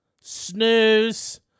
Snooze